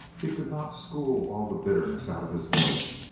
he could not school all the bitterness out of his voice,